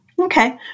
Okay